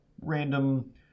random